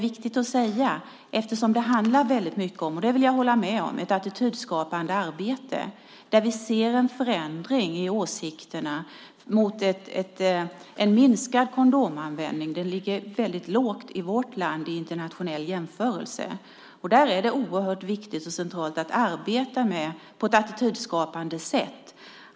Det handlar väldigt mycket om - det vill jag hålla med om - ett attitydskapande arbete. Vi ser en förändring mot en minskad kondomanvändning. Den ligger väldigt lågt i vårt land vid en internationell jämförelse. Därför är det oerhört centralt att arbeta på ett attitydskapande sätt.